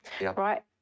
right